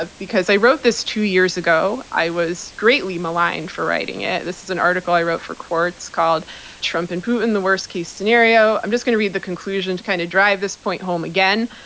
because i wrote this two years ago, i was greatly maligned for writing it. this is an article i wrote for quartz called trump and putin the worst case scenario. i'm just going to read the conclusion to kind of drive this point home again.